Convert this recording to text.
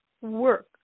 work